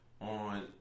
on